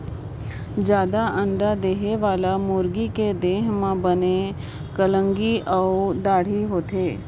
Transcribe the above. जादा अंडा देहे वाला मुरगी के देह म बने कलंगी अउ दाड़ी होथे